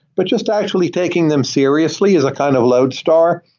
but just actually taking them seriously as a kind of lodestar.